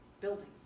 buildings